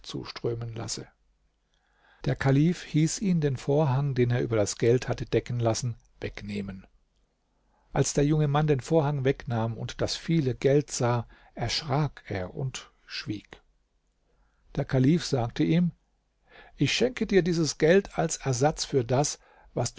zuströmen lasse der kalif hieß ihn den vorhang den er über das geld hatte decken lassen wegnehmen als der junge mann den vorhang wegnahm und das viele geld sah erschrak er und schwieg der kalif sagte ihm ich schenke dir dieses geld als ersatz für das was